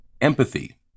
empathy